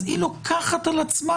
אז היא לוקחת על עצמה,